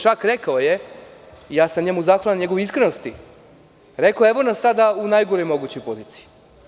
Čak je rekao, i ja sam mu zahvalan na iskrenosti, rekao je – evo nas sada u najgoroj mogućoj poziciji.